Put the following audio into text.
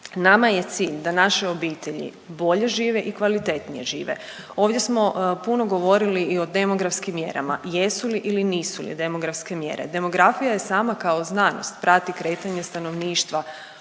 Nama je cilj da naše obitelji bolje žive i kvalitetnije žive. Ovdje smo puno govorili i o demografskim mjerama. Jesu li ili nisu li demografske mjere. Demografija je sama kao znanost prati kretanje stanovništva